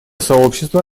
сообщество